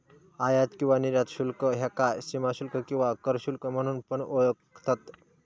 आयात किंवा निर्यात शुल्क ह्याका सीमाशुल्क किंवा कर शुल्क म्हणून पण ओळखतत